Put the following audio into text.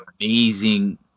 amazing